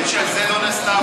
על זה לא נעשתה עבודה.